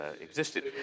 Existed